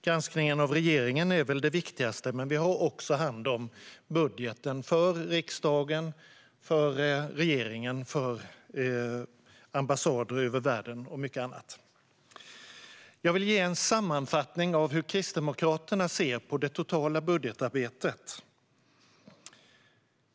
Granskningen av regeringen är den viktigaste, men vi har också hand om budgeten för riksdag, regering, ambassader i världen och mycket annat. Jag vill ge en sammanfattning av hur Kristdemokraterna ser på det totala budgetarbetet.